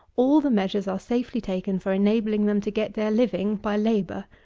all the measures are safely taken for enabling them to get their living by labour,